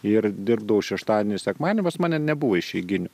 ir dirbdavau šeštadienį sekmadienį pas mane nebuvo išeiginių